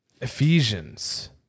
Ephesians